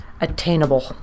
attainable